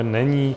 Není.